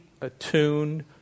attuned